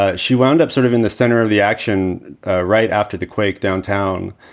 ah she wound up sort of in the center of the action right after the quake downtown.